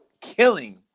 killing